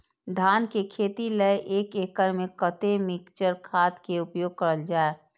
धान के खेती लय एक एकड़ में कते मिक्चर खाद के उपयोग करल जाय?